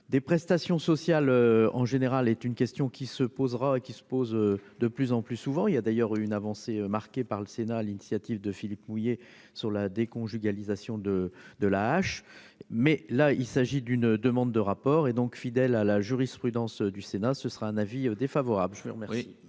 des prestations sociales en général est une question qui se posera et qui se pose de plus en plus souvent, il y a d'ailleurs une avancée marquée par le Sénat, l'initiative de Philippe mouiller sur la déconjugalisation de de la hache mais là il s'agit d'une demande de rapport et donc fidèle à la jurisprudence du Sénat, ce sera un avis défavorable je vous remercie.